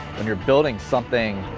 when you're building something.